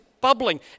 bubbling